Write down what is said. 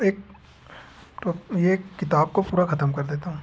एक टॉ एक किताब को पूरा खतम कर देता हूँ